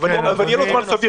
יהיה לו זמן סביר.